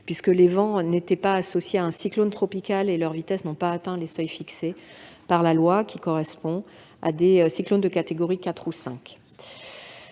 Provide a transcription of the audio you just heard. effet, les vents n'étaient pas associés à un cyclone tropical, et leurs vitesses n'ont pas atteint les seuils fixés par la loi, qui correspondent à des cyclones de catégorie 4 ou 5.